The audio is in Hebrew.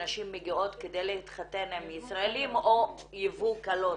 שנשים מגיעות כדי להתחתן עם ישראלים או יבוא כלות,